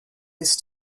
this